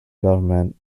government